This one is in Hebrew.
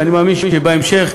ואני מאמין שבהמשך,